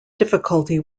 difficulty